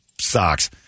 Socks